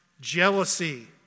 jealousy